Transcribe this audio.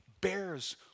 bears